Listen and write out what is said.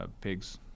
pigs